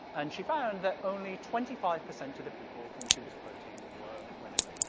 and she found that only twenty five percent of the people whom she was quoting were women.